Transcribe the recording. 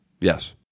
Yes